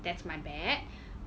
that's my bad